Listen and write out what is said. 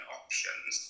options